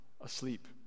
asleep